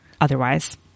otherwise